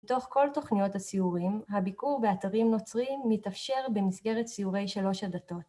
מתוך כל תוכניות הסיורים, הביקור באתרים נוצרים מתאפשר במסגרת סיורי שלוש הדתות.